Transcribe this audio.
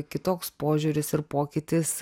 kitoks požiūris ir pokytis